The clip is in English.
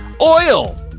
Oil